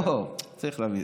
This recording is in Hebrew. צריך להבין,